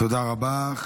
תודה רבה.